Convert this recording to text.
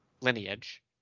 lineage